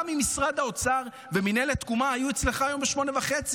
גם אם משרד האוצר ומינהלת תקומה היו אצלך היום ב-08:30.